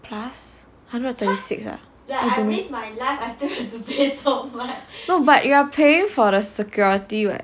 plus hundred thirty six ah no but you are paying for the security [what]